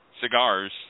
cigars